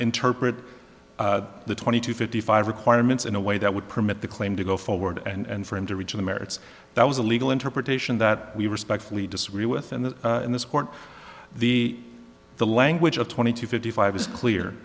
interpret the twenty two fifty five requirements in a way that would permit the claim to go forward and for him to rejoin the merits that was a legal interpretation that we respectfully disagree with and that in this court the the language of twenty two fifty five is clear